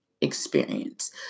experience